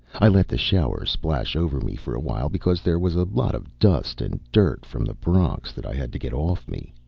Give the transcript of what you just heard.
i let the shower splash over me for a while, because there was a lot of dust and dirt from the bronx that i had to get off me.